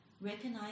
recognize